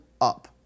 up